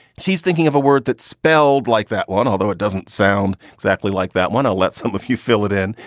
she's thinking of a word that spelled like that one, although it doesn't sound exactly like that one. i'll let some of you fill it in.